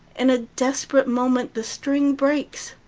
in a desperate moment the string breaks.